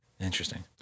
Interesting